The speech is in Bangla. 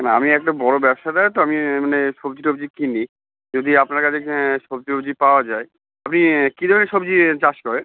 না আমি একটা বড়ো ব্যবসাদার তো আমি মানে সবজি টবজি কিনি যদি আপনার কাছে সবজি টবজি পাওয়া যায় আপনি কি ধরনের সবজি চাষ করেন